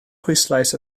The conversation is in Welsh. pwyslais